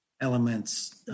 elements